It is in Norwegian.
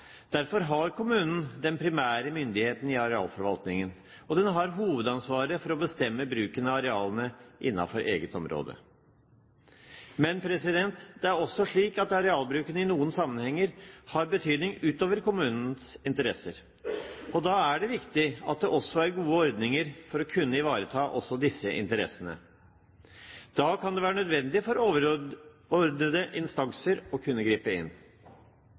Derfor har kommunen den primære myndigheten i arealforvaltningen, og den har hovedansvaret for å bestemme bruken av arealene innenfor eget området. Men det er også slik at arealbruken i noen sammenhenger har betydning utover kommunens interesser. Da er det viktig at det er gode ordninger for å kunne ivareta også disse interessene. Da kan det være nødvendig for overordnede instanser å kunne gripe inn.